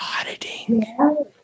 auditing